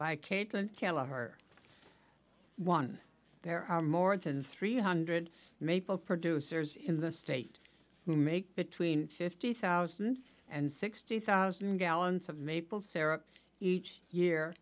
by caitlin keller her one there are more than three hundred maple producers in the state who make between fifty thousand and sixty thousand gallons of maple syrup each year